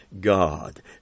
God